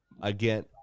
again